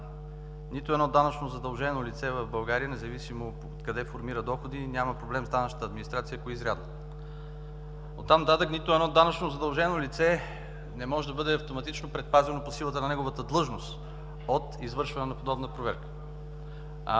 нито едно данъчно задължено лице в България, независимо къде формира доходи, няма проблем с данъчната администрация, ако е изрядно. От там нататък нито едно данъчно задължено лице не може да бъде автоматично предпазено по силата на неговата длъжност от извършване на подобна проверка.